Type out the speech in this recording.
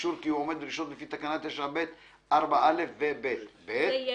אישור כי הוא עומד בדרישות לפי תקנה 9(ב)(4)(א) ו-(ב)." סליחה,